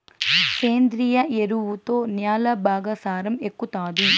సేంద్రియ ఎరువుతో న్యాల బాగా సారం ఎక్కుతాది